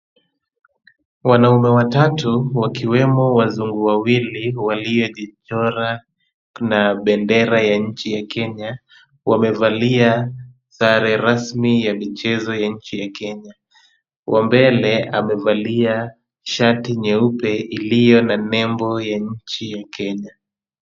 Wanaume watatu wakiwemo wazungu wawili waliojichora na bendera ya nchi ya Kenya wamevalia sare rasmi ya michezo ya nchi ya Kenya. Wambele amevalia shati nyeupe iliyo na nembo ya Kenya.